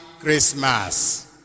Christmas